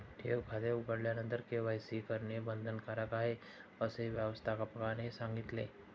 ठेव खाते उघडल्यानंतर के.वाय.सी करणे बंधनकारक आहे, असे व्यवस्थापकाने सांगितले